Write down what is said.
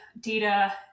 data